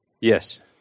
Yes